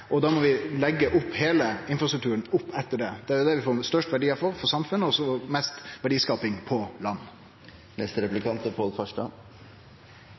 og da må vi leggje opp heile infrastrukturen etter det. Det er slik vi får dei største verdiane for samfunnet og mest verdiskaping på land.